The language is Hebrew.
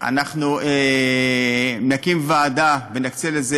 אנחנו נקים ועדה ונקצה לזה